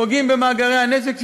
פוגעים במאגרי הנשק שלו.